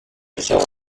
zéro